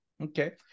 okay